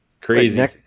Crazy